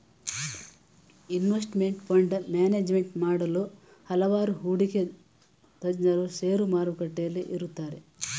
investment fund management ಮಾಡಲು ಹಲವಾರು ಹೂಡಿಕೆ ತಜ್ಞರು ಶೇರು ಮಾರುಕಟ್ಟೆಯಲ್ಲಿ ಇರುತ್ತಾರೆ